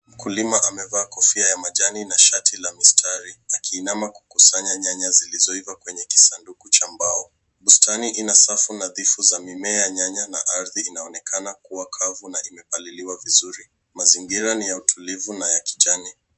Mkulima amevaa kofia ya majani na shati la mistari akiinama kukusanya nyanya zilizoiva kwenye kisanduku cha mbao. Bustani ina safu nadhifu za mimea ya nyanya na ardhi inaonekana kuwa kavu na imepaliliwa vizuri. Mazingira ni ya utulivu na ya kijani.